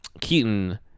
Keaton